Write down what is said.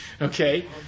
Okay